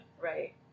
Right